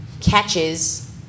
catches